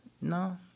No